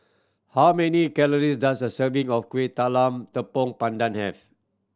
how many calories does a serving of Kueh Talam Tepong Pandan have